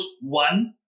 one